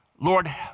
Lord